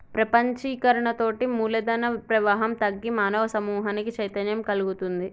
ప్రపంచీకరణతోటి మూలధన ప్రవాహం తగ్గి మానవ సమూహానికి చైతన్యం గల్గుతుంది